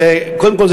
קודם כול,